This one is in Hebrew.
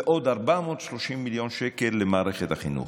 ועוד 430 מיליון שקל למערכת החינוך.